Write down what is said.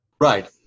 Right